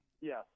Yes